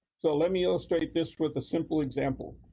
so let me illustrate this with a simple example.